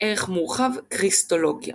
ערך מורחב – כריסטולוגיה